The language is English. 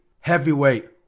heavyweight